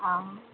অ